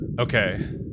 Okay